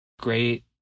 Great